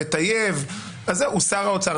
המטייב הוא שר האוצר.